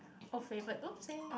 oh favourite oopsie